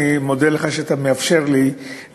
אני מודה לך על שאתה מאפשר לי להוסיף,